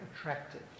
attractive